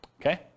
okay